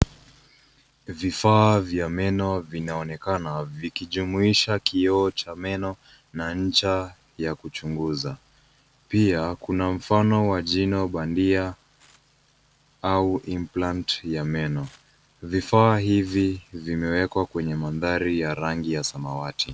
Vifaa vya meno vinaonekana vikijumuisha kioo cha meno na ncha ya kuchunguza. Pia kuna mfano wa jino bandia au implant ya meno. Vifaa hivi vimewekwa kwenye mandhari ya rangi ya samawati.